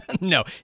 No